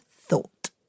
thought